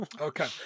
Okay